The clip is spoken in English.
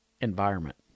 environment